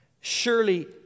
Surely